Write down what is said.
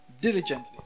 Diligently